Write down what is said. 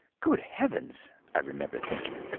good heavens i remem ber thinking,